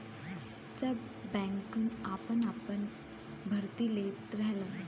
सब बैंकन आपन आपन भर्ती लेत रहलन